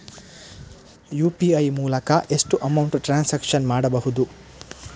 UPI ಮೂಲಕ ಎಷ್ಟು amount transaction ಮಾಡಬಹುದು?